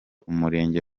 umurenge